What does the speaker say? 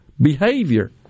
behavior